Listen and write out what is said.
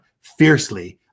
fiercely